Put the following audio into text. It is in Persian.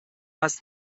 وصل